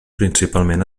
principalment